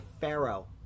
Pharaoh